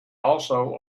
also